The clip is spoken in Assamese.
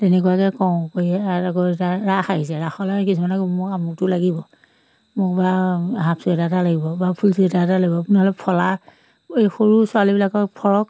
তেনেকুৱাকৈ কৰোঁ কৰি আকৌ এতিয়া ৰাস আহিছে ৰাসলৈ কিছুমানে মোক আমুকটো লাগিব মোক এইবাৰ হাফ চুৱেটাৰ এটা লাগিব বা ফুল চুৱেটাৰ এটা লাগিব নহ'লে ফলা এই সৰু ছোৱালীবিলাকক ফ্ৰক